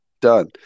done